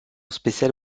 spéciale